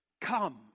Come